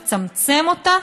לצמצם אותה,